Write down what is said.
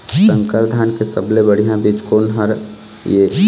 संकर धान के सबले बढ़िया बीज कोन हर ये?